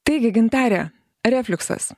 taigi gintare refliuksas